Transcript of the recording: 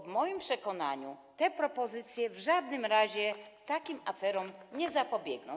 W moim przekonaniu te propozycje w żadnym razie takim aferom nie zapobiegną.